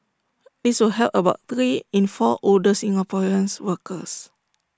this will help about three in four older Singaporean workers